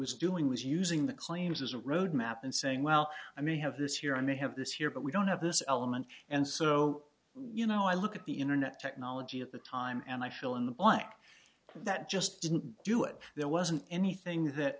was doing was using the claims as a road map and saying well i may have this here i may have this here but we don't have this element and so you know i look at the internet technology at the time and i feel in the black that just didn't do it there wasn't anything